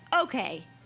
okay